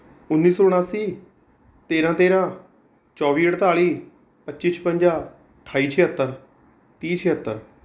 ਉੱਨੀ ਸੌ ਉਨਾਸੀ ਤੇਰਾਂ ਤੇਰਾਂ ਚੌਵੀ ਅਠਤਾਲੀ ਪੱਚੀ ਛਪੰਜਾ ਅਠਾਈ ਛਿਹੱਤਰ ਤੀਹ ਛਿਹੱਤਰ